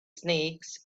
snakes